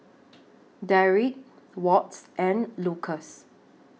Dereck Walts and Lukas